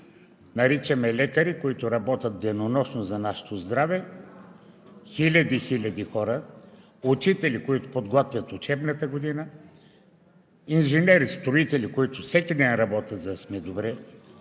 наричаме лекари, които работят денонощно за нашето здраве – хиляди, хиляди хора, учители, които подготвят учебната година, инженери, строители, които всеки ден работят, за да сме добре,